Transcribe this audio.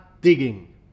digging